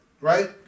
Right